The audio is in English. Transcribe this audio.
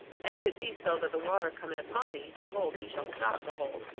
and if it be so that the water come in upon thee, behold, ye shall stop the hole,